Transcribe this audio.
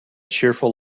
cheerful